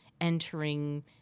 entering